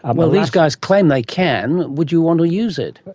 um well, these guys claim they can. would you want to use it?